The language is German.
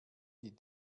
die